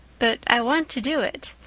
but i want to do it.